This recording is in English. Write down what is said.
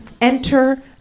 Enter